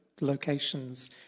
locations